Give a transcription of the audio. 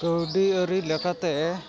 ᱠᱟᱹᱣᱰᱤ ᱟᱹᱨᱤ ᱞᱮᱠᱟᱛᱮ